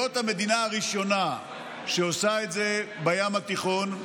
להיות המדינה הראשונה שעושה את זה בים התיכון,